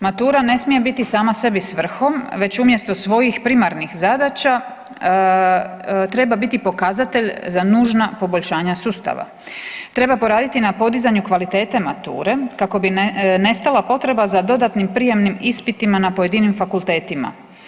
Matura ne smije biti sama sebi svrhom već umjesto svojih primarnih zadaća treba biti pokazatelj za nužna poboljšanja sustava, treba poraditi na podizanju kvalitete mature kako bi nestala potreba za dodatnim prijamnim ispitima na pojedinim fakultetima.